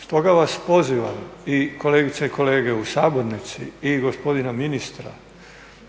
Stoga vas pozivam, i kolegice i kolege u sabornici, i gospodina ministra